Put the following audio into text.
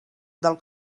del